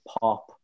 pop